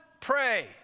pray